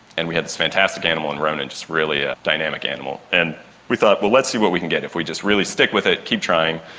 and we had this fantastic animal in ronan, just really a dynamic animal. and we thought, well, let's see what we can get if we just really stick with it, keep trying.